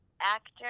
actor